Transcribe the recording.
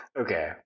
okay